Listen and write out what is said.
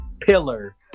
pillar